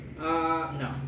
No